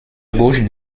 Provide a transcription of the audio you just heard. gauche